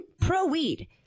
pro-weed